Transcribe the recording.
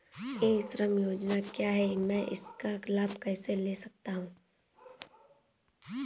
ई श्रम योजना क्या है मैं इसका लाभ कैसे ले सकता हूँ?